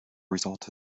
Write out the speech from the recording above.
result